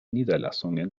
niederlassungen